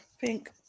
Pink